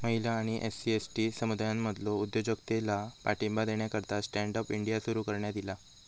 महिला आणि SC, ST समुदायांमधलो उद्योजकतेला पाठिंबा देण्याकरता स्टँड अप इंडिया सुरू करण्यात ईला